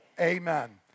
Amen